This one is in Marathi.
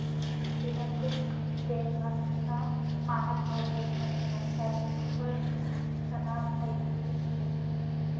विलंबित देयकासनं मानक हाउ पैसासना चार स्तंभसनापैकी येक शे